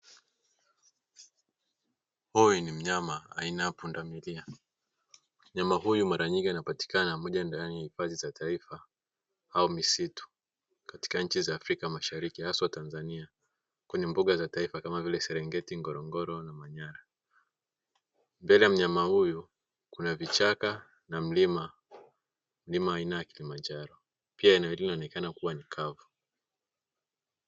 Huyu ni mnyama aina ya pundamilia; mnyama huyu mara nyingi anapatikana moja ya hifadhi za ndani ya taifa au misitu katika nchi za Afrika Mashariki hasa Tanzania kwenye mbuga za taifa kama vile: Serengeti, Ngorongoro na Manyara mbele ya mnyama huyu kuna vichaka na mlima; mlima aina ya Kilimanjaro pia eneo hili linaonekana kuwa ni kavu.